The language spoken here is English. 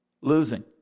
losing